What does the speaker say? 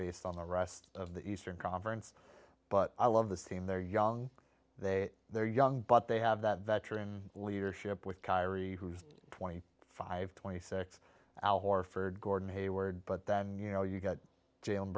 based on the rest of the eastern conference but i love the same they're young they they're young but they have that veteran leadership with kyrie who's twenty five twenty six hour horford gordon hayward but then you know you got j